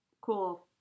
Cool